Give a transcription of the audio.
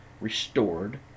restored